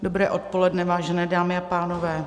Dobré odpoledne, vážené dámy a pánové.